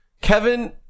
Kevin